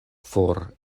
for